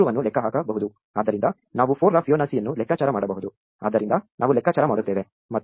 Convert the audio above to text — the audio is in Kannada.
ಆದ್ದರಿಂದ ನಾವು 4 ರ ಫಿಬೊನಾಸಿಯನ್ನು ಲೆಕ್ಕಾಚಾರ ಮಾಡಬಹುದು ಆದ್ದರಿಂದ ನಾವು ಲೆಕ್ಕಾಚಾರ ಮಾಡುತ್ತೇವೆ